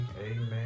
Amen